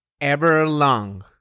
Everlong